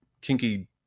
kinky